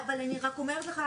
אבל אני רק אומרת לך,